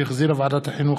שהחזירה ועדת החינוך,